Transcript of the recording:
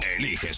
eliges